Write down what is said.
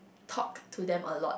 talk to them a lot